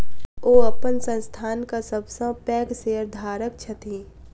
ओ अपन संस्थानक सब सॅ पैघ शेयरधारक छथि